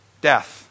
Death